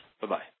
Bye-bye